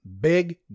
Big